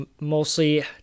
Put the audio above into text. mostly